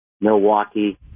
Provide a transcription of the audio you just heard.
Milwaukee